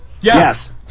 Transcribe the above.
Yes